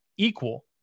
equal